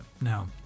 Now